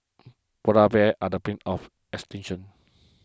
Polar Bears are the brink of extinction